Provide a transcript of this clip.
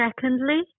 secondly